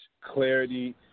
clarity